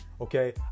okay